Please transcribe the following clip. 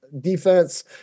defense